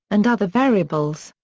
and other variables.